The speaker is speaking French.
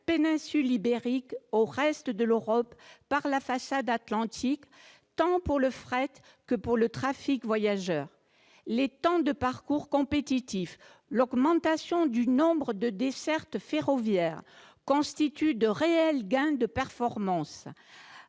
péninsule ibérique au reste de l'Europe par la façade atlantique, tant pour le fret que pour le trafic voyageurs. Les temps de parcours compétitifs, l'augmentation du nombre de dessertes ferroviaires constituent de réels gains de performances.